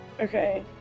Okay